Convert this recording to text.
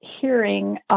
hearing